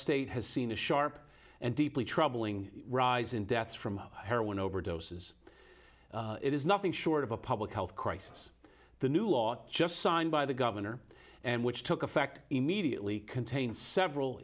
state has seen a sharp and deeply troubling rise in deaths from heroin overdoses it is nothing short of a public health crisis the new law just signed by the governor and which took effect immediately contains several